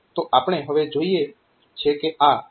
તો આપણે હવે જોઇએ છે કે આ 3